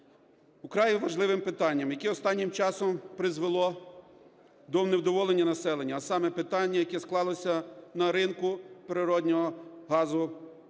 Вкрай є важливим питанням, яке останнім часом призвело до невдоволення населення, а саме питання, яке склалося на ринку природного газу